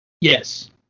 Yes